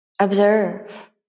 Observe